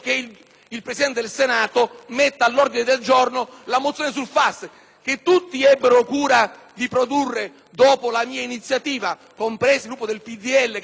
il Presidente del Senato metta all'ordine del giorno le mozioni sui FAS, che tutti ebbero cura di produrre dopo la mia iniziativa, compreso il Gruppo del PdL, che fu